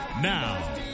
Now